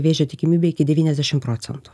vėžio tikimybę iki devyniasdešim procentų